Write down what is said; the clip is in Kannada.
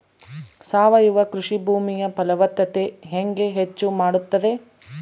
ಸಾವಯವ ಕೃಷಿ ಭೂಮಿಯ ಫಲವತ್ತತೆ ಹೆಂಗೆ ಹೆಚ್ಚು ಮಾಡುತ್ತದೆ?